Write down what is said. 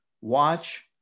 watch